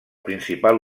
principal